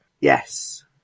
Yes